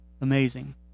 Amazing